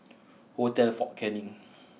Hotel Fort Canning